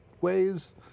ways